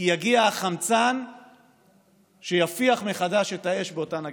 כי יגיע החמצן שיפיח מחדש את האש באותן הגחלים.